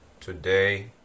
today